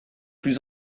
plus